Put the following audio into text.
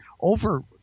over